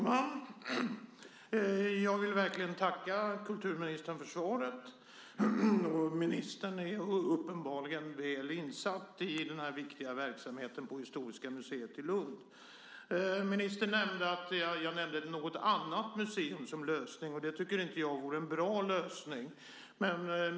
Herr talman! Jag vill verkligen tacka kulturministern för svaret. Ministern är uppenbarligen väl insatt i den viktiga verksamheten vid Historiska museet i Lund. Ministern sade att jag nämnt ett annat museum som lösning, men det tycker jag inte vore någon bra lösning.